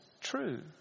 true